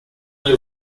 rue